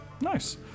Nice